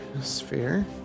sphere